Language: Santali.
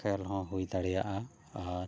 ᱠᱷᱮᱹᱞ ᱦᱚᱸ ᱦᱩᱭ ᱫᱟᱲᱮᱭᱟᱜᱼᱟ ᱟᱨ